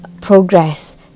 progress